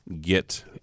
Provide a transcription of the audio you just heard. get